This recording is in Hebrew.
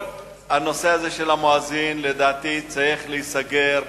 כל הנושא הזה של המואזין צריך להיסגר,